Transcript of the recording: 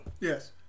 yes